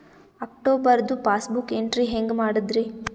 ಅಕ್ಟೋಬರ್ದು passbook entry ಹೆಂಗ್ ಮಾಡದ್ರಿ?